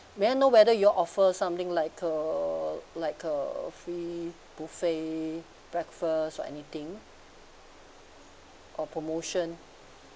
may I know whether you all offers something like uh like uh free buffet breakfast or anything or promotion